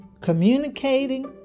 communicating